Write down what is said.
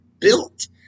built